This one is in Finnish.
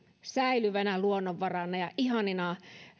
säilyvänä luonnonvarana ja ihanina